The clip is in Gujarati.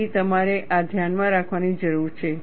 તેથી તમારે આ ધ્યાનમાં રાખવાની જરૂર છે